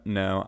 no